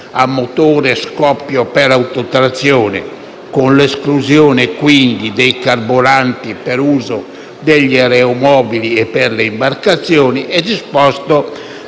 a motore a scoppio per autotrazione, con l'esclusione quindi dei carburanti per uso degli aeromobili e delle imbarcazioni, è disposto